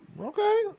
Okay